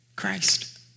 christ